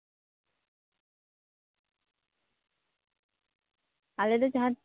ᱟᱞᱮ ᱫᱚ ᱡᱟᱦᱟᱸ